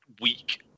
weak